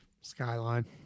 Skyline